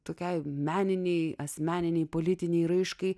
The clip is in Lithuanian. tokiai meninei asmeninei politinei raiškai